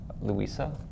Louisa